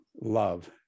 love